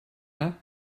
yna